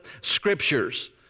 Scriptures